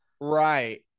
Right